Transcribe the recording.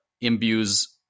imbues